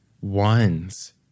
ones